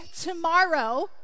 tomorrow